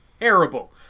terrible